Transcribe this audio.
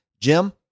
Jim